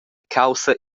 caussa